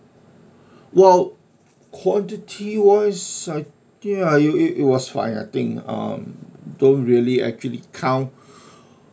well quantity wise I think ya it it was fine I think um don't really actually count